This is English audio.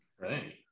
Right